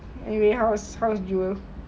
anyway how's how was jewel